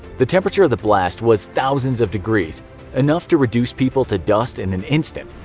the temperature of the blast was thousands of degrees enough to reduce people to dust in an instant.